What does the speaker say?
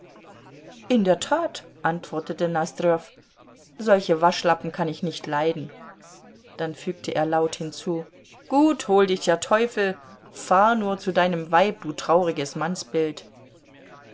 in der tat antwortete nosdrjow solche waschlappen kann ich nicht leiden dann fügte er laut hinzu gut hol dich der teufel fahr nur zu deinem weib du trauriges mannsbild